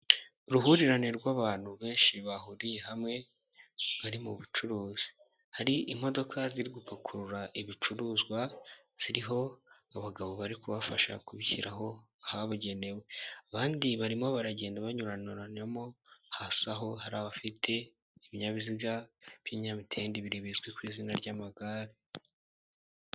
Uruhurirane rw'abantu benshi bahuriye hamwe, bari mu bucuruzi. Hari imodoka ziri gupakurura ibicuruzwa ziriho abagabo bari kubafasha kubishyira ahabugenewe. Abandi barimo baragenda banyuranaranamo, hasi aho hari abafite ibinyabiziga by'inyamitende bizwi ku izina ry'amagare.